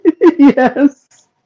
Yes